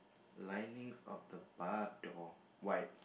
linings of the bar door white